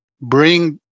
bring